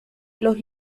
los